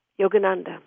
Yogananda